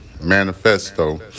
manifesto